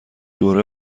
دوره